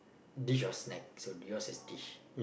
dish or snacks so yours is dish